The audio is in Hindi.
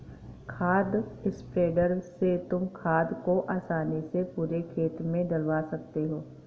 खाद स्प्रेडर से तुम खाद को आसानी से पूरे खेत में डलवा सकते हो